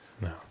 No